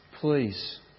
please